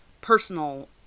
personal